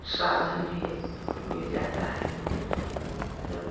साधन भी मिल जाता है जब